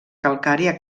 calcària